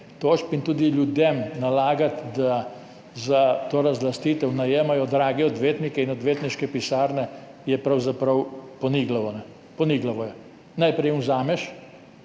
tožb. Tudi ljudem nalagati, da za to razlastitev najemajo drage odvetnike in odvetniške pisarne, je pravzaprav poniglavo. Najprej jim vzameš,